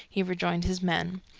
he rejoined his men.